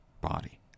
body